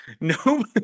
No